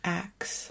acts